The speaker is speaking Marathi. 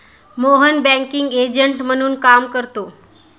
मोहन बँकिंग एजंट म्हणून काम करतो